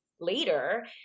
later